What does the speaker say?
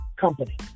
company